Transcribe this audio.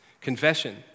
Confession